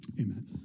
Amen